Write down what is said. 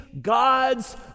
God's